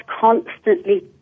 constantly